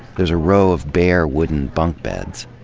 there's a row of bare wooden bunkbeds.